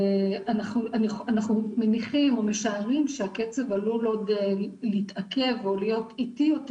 אנחנו מניחים או משערים שהקצב עלול עוד להתעכב או להיות איתי יותר.